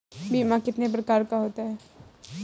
बीमा कितने प्रकार का होता है?